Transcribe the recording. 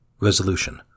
Resolution